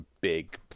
big